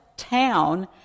town